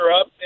up